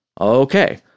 Okay